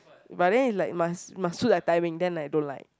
but then is like must must suit their timing then I don't like